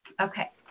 Okay